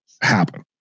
happen